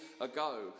ago